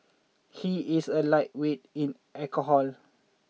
he is a lightweight in alcohol